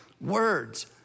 words